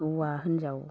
हौवा हिनजाव